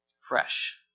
Fresh